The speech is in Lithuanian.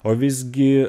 o visgi